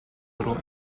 little